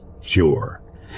Sure